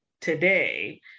today